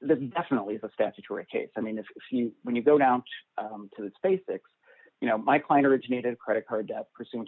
the definitely the statutory case i mean if if you when you go down to the basics you know my client originated credit card debt pursu